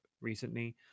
Recently